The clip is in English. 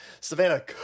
Savannah